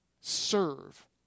serve